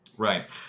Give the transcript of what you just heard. Right